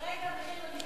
כרגע המחיר למשתכן,